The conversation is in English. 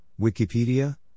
Wikipedia